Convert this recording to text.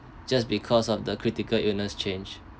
just because of the critical illness change